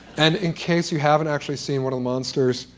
and in case you haven't actually seen one of the monsters,